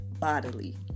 bodily